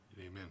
Amen